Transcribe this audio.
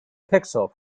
pixel